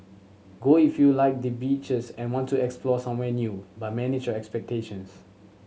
go if you like the beaches and want to explore somewhere new but manage your expectations